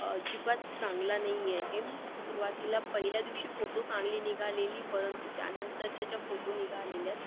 अजिबात चांगला नाही आहे सुरुवातीला पहिल्या दिवशी फोटो चांगले निघालेली परंतु त्या नंतरच्या ज्या फोटो निघालेल्या आहेत